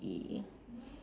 E